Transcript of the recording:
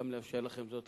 גם לאשר לכם זאת,